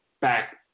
back